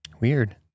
weird